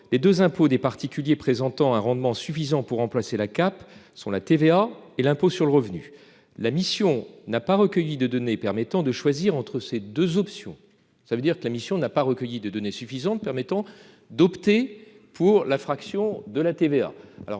Les deux impôts des particuliers présentant un rendement suffisant pour remplacer la CAP sont la TVA [...] et l'impôt sur le revenu [...]. La mission n'a pas recueilli de données permettant de choisir entre ces deux options. » Cela signifie que la mission n'a pas recueilli de données suffisantes permettant d'opter pour la fraction de la TVA.